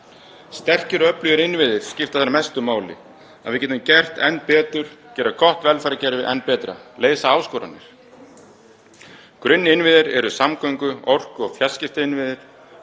Sterkir og öflugir innviðir skipta þar mestu máli til að við getum gert enn betur, gert gott velferðarkerfi enn betra, leyst áskoranir. Grunninnviðir eru samgöngu-, orku- og fjarskiptainnviðir.